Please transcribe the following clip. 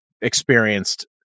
experienced